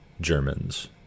Germans